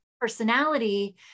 personality